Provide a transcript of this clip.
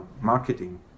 marketing